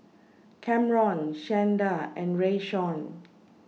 Kamron Shanda and Rayshawn